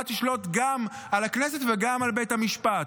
תשלוט גם על הכנסת וגם על בית המשפט?